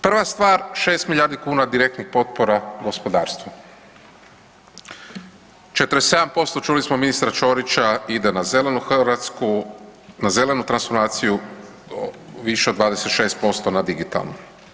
Prva stvar 6 milijardi kuna direktnih potpora gospodarstvu, 47% čuli smo ministra Ćorića ide na zelenu Hrvatsku, na zelenu transformaciju više od 26% na digitalnu.